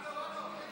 הלו, הלו,